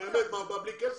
באמת, הוא בא בלי כסף?